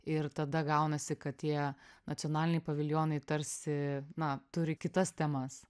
ir tada gaunasi kad tie nacionaliniai paviljonai tarsi na turi kitas temas